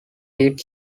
lead